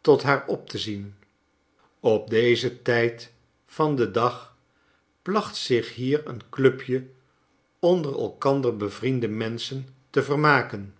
tot haar op te zien op dezen tijd van den dag placht zich hier een clubje onder elkander bevriende menschen te vermaken